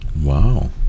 Wow